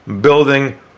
building